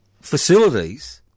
facilities